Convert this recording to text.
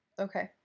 Okay